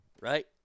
right